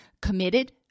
committed